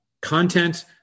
content